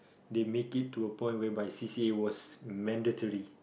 they made it to a point whereby c_c_as were mandatory